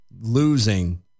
losing